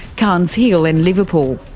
carnes hill and liverpool.